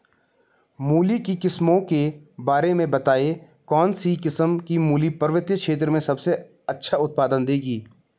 मूली की किस्मों के बारे में बताइये कौन सी किस्म की मूली पर्वतीय क्षेत्रों में सबसे अच्छा उत्पादन देंगी?